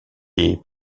est